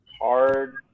Hard